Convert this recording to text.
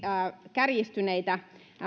kärjistyneitä